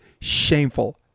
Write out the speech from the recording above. shameful